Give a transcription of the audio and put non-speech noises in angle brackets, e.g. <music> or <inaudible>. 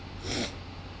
<breath>